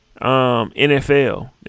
NFL